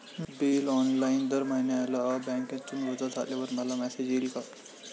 Bill online दर महिन्याला बँकेतून वजा झाल्यावर मला मेसेज येईल का?